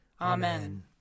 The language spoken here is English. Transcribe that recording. Amen